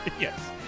Yes